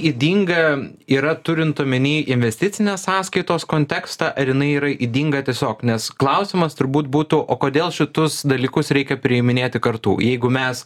ydinga yra turint omeny investicinės sąskaitos kontekstą ar jinai yra ydinga tiesiog nes klausimas turbūt būtų o kodėl šitus dalykus reikia priiminėti kartu jeigu mes